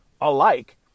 alike